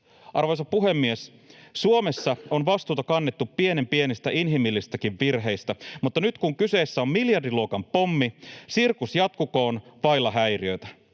Arvoisa puhemies! Suomessa on vastuuta kannettu pienen pienistä inhimillisistä virheistäkin, mutta nyt, kun kyseessä on miljardiluokan pommi, sirkus jatkukoon vailla häiriöitä.